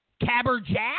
Caberjack